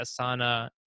Asana